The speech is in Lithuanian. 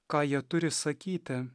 ką jie turi sakyti